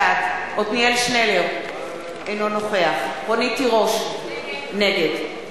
בעד עתניאל שנלר, אינו נוכח רונית תירוש, נגד